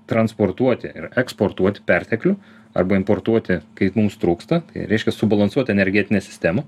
transportuoti ir eksportuoti perteklių arba importuoti kai mums trūksta tai reiškia subalansuoti energetinę sistemą